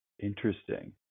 Interesting